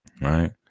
Right